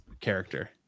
character